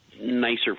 nicer